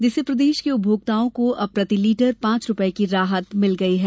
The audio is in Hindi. जिससे प्रदेश के उपभोक्ताओं को अब प्रति लीटर पांच रुपये की राहत मिल गई है